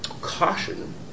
caution